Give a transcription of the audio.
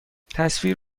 تصویر